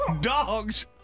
Dogs